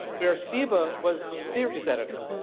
where siva was the series editor.